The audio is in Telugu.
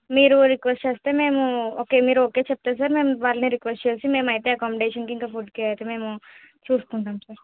మీరు రిక్వెస్ట్ చేస్తే మేము ఓకే మీరు ఓకే చెప్తే సార్ మేము వాళ్ళని రిక్వెస్ట్ చేసి మేము అయితే అకామిడేషన్కి ఇంకా ఫుడ్కి అయితే మేము చూసుకుంటాం సార్